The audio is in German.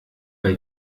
bei